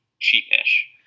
cheap-ish